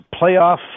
playoff